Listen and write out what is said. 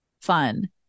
fun